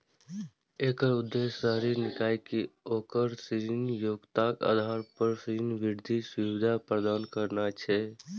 एकर उद्देश्य शहरी निकाय कें ओकर ऋण योग्यताक आधार पर ऋण वृद्धि सुविधा प्रदान करना छै